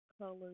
colors